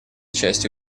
частью